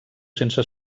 sense